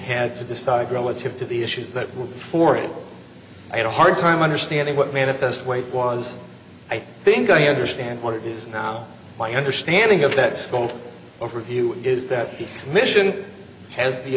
had to decide relative to the issues that were before i had a hard time understanding what manifest weight was i think i understand what it is now my understanding of that school overview is that the mission has the